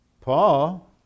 Paul